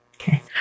Okay